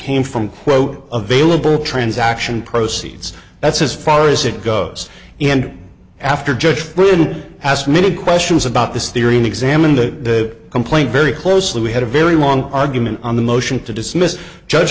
came from quote available transaction proceeds that's as far as it goes and after judge brinn asked many questions about this theory and examined the complaint very closely we had a very long argument on the motion to dismiss judge